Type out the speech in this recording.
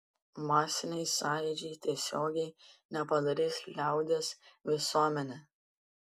masiniai sąjūdžiai tiesiogiai nepadarys liaudies visuomene